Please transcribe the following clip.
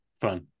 fun